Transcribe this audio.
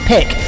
Pick